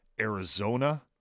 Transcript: Arizona